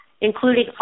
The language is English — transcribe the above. including